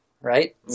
right